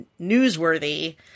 newsworthy